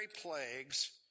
plagues